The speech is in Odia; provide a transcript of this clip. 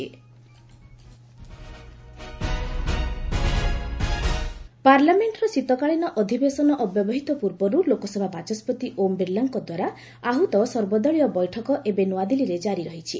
ଅଲ୍ ପାର୍ଟି ମିଟ୍ ପାର୍ଲାମେଣ୍ଟର ଶୀତକାଳୀନ ଅଧିବେଶନ ଅବ୍ୟବହିତ ପୂର୍ବରୁ ଲୋକସଭା ବାଚସ୍କତି ଓମ୍ ବିର୍ଲାଙ୍କ ଦ୍ୱାରା ଆହୁତ ସର୍ବ ଦଳୀୟ ବୈଠକ ଏବେ ନୂଆଦିଲ୍ଲୀରେ ଜାରି ରହିଛି